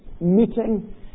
meeting